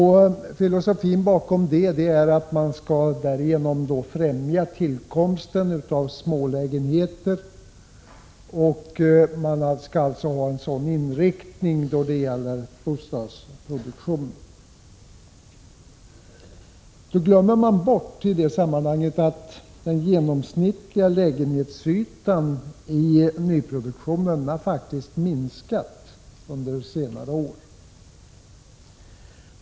Filosofin bakom detta är att man därigenom skall främja tillkomsten av smålägenheter — man skall alltså ha en sådan inriktning av bostadsproduktionen. I det sammanhanget glömmer man emellertid bort att den genomsnittliga lägenhetsytan i nyproduktionen faktiskt har minskat under senare år.